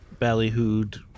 Ballyhooed